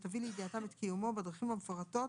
ותביא לידיעתם את קיומו בדרכים המפורטות